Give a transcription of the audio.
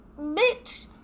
bitch